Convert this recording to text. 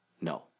No